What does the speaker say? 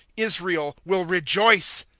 israel will rejoice.